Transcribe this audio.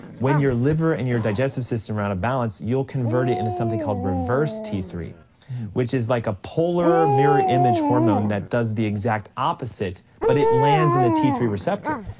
when you're liver and your digestive system are out of balance, you'll convert it into something called reverse t three which is like a polar, mirror image hormone that does the exact opposite, but it lands in the t three receptor.